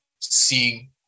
seeing